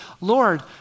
Lord